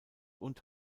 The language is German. und